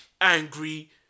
angry